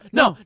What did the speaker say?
no